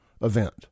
event